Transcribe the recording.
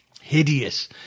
hideous